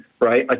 right